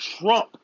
Trump